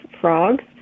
frogs